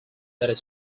that